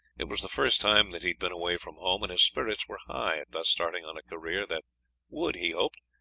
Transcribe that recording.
it was the first time that he had been away from home, and his spirits were high at thus starting on a career that would, he hoped,